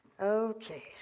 Okay